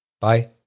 Bye